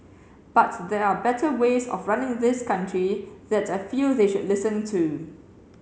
but there are better ways of running this country that I feel they should listen to